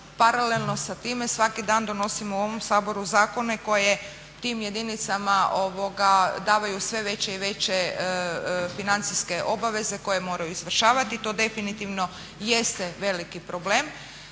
paralelno sa time svaki dan donosimo u ovom Saboru zakone koje tim jedinicama daju sve veće i veće financijske obveze koje moraju izvršavati. To definitivno jeste veliki problem.